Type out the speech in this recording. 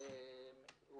הוא